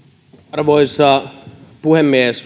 arvoisa puhemies